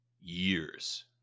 years